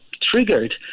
triggered